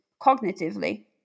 cognitively